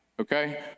Okay